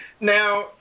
Now